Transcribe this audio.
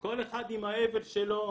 להסתגר כל אחד עם האבל שלו,